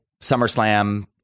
SummerSlam